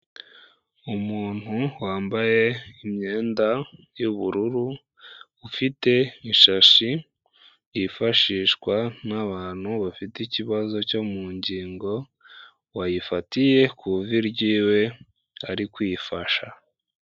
Umuntu wambaye imyenda y'ubururu ufite ishashi yifashishwa n'abantu bafite ikibazo cyo mu ngingo, wayifatiye ku vi ryiwe ari kwifasha.